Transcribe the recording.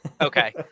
Okay